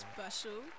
Special